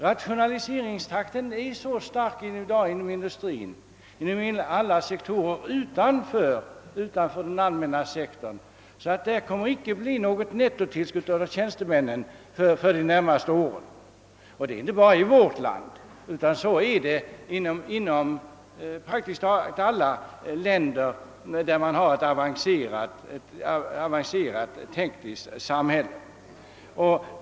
Rationaliseringstakten är i dag så hög inom industrin, liksom inom alla privata sektorer, att det inte kommer att bli något nettotillskott av tjänstemän under de närmaste åren. Detta gäller inte bara vårt land utan praktiskt taget alla länder med ett tekniskt avancerat näringsliv.